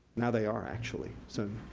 now they are, actually. so,